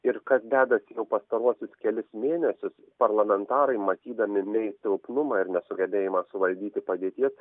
ir kas dedasi jau pastaruosius kelis mėnesius parlamentarai matydami mei silpnumą ir nesugebėjimą suvaldyti padėties